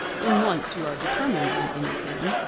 when once you are determined on anything.